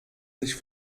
sich